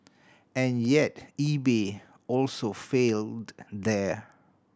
and yet eBay also failed there